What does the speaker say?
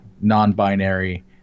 non-binary